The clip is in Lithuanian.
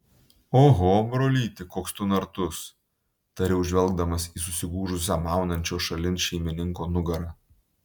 oho brolyti koks tu nartus tariau žvelgdamas į susigūžusią maunančio šalin šeimininko nugarą